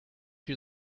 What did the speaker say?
you